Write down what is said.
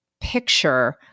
picture